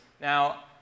Now